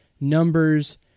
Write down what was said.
numbers